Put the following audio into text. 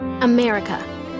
America